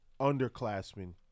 underclassmen